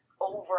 over